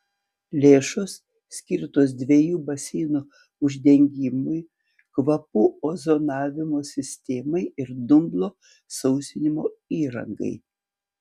lėšos skirtos dviejų baseinų uždengimui kvapų ozonavimo sistemai ir dumblo sausinimo įrangai